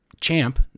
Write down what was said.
champ